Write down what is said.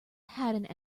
had